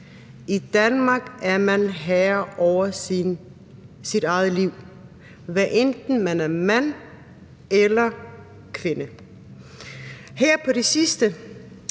I Danmark er man herre over sit eget liv, hvad enten man er mand eller kvinde. Her på det sidste